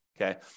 Okay